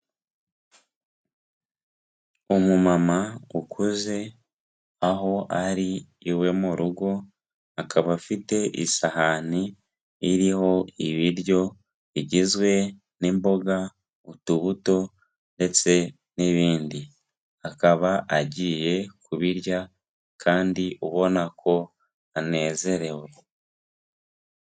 Umumama ukuze, aho ari iwe mu rugo, akaba afite isahani iriho ibiryo, bigizwe n'imboga utubuto ndetse n'ibindi, akaba agiye kubirya kandi ubona ko anezerewe.